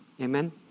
Amen